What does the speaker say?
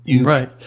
right